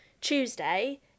Tuesday